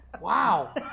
Wow